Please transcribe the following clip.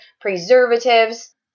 preservatives